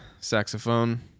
saxophone